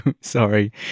Sorry